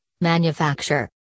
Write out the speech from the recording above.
manufacture